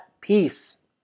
peace